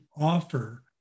offer